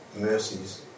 mercies